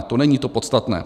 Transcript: To není to podstatné.